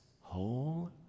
whole